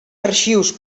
arxius